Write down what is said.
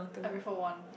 I prefer one